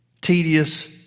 tedious